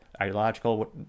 ideological